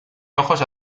ojos